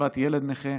קצבת ילד נכה,